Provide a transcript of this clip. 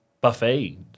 buffet